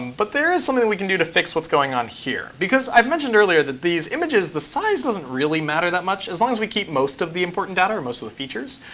but there is something that we can do to fix what's going on here. because i've mentioned earlier that these images, the size doesn't really matter that much as long as we keep most of the important data or most of the features.